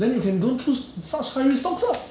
then you can don't choose such high risk stocks lah